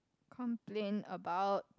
complain about